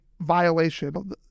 violation